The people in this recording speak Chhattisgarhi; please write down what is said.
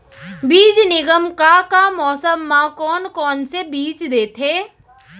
बीज निगम का का मौसम मा, कौन कौन से बीज देथे?